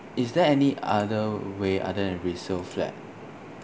is there any other way other than resale flat